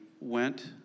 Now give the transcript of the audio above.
went